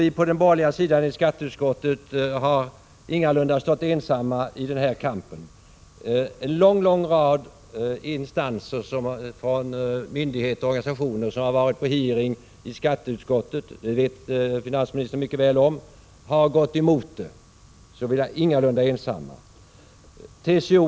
Vi på den borgerliga sidan i skatteutskottet har ingalunda stått ensamma i den här kampen. En lång rad instanser — myndigheter och organisationer — som varit på hearing i skatteutskottet har gått emot förslaget, och det känner finansministern mycket väl till.